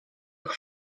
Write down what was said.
ich